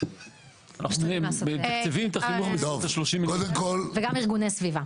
וגם ארגוני סביבה.